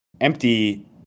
empty